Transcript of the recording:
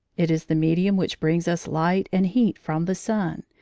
it is the medium which brings us light and heat from the sun,